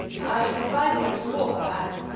i should advise you to walk back,